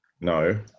No